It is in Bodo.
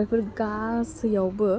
बेफोर गासैआवबो